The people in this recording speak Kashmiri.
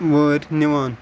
وٲرۍ نِوان